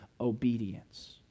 obedience